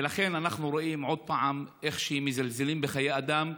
ולכן, אנחנו רואים עוד פעם איך מזלזלים בחיי אדם.